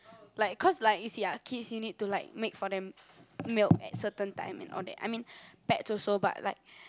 like cause like you see ah kids you need to like make for them milk at certain time and all that I mean pets also but like